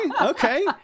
Okay